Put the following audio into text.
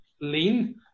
lean